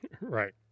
Right